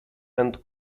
and